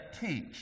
teach